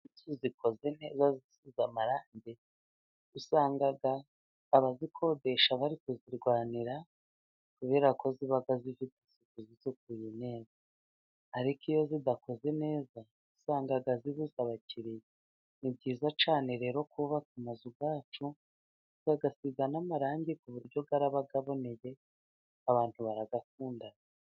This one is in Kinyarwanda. Inzu zikoze neza zisize amarange usanga abazikodesha bari kuzirwanira kubera ko ziba zifite isuku zisukuye neza ariko iyo zidakoze neza usanga zibuze abakiriya. Ni byiza cyane rero kubaka amazu yacu ukayasiga n'amarange ku buryo aba aboneye abantu barayakunda.